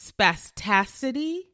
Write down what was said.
spasticity